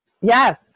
Yes